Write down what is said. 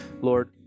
Lord